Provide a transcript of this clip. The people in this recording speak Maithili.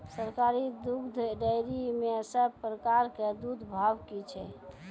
सरकारी दुग्धक डेयरी मे सब प्रकारक दूधक भाव की छै?